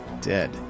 Dead